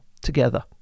together